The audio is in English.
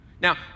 Now